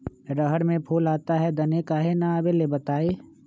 रहर मे फूल आता हैं दने काहे न आबेले बताई?